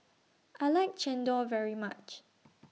I like Chendol very much